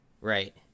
Right